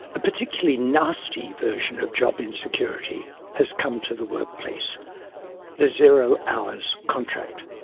a particularly nasty version of job insecurity has come to the work place the zero hours contract.